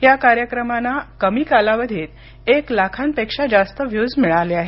या कार्यक्रमांना कमी कालावधीत एक लाखांपेक्षा जास्त व्ह्यूज मिळाले आहेत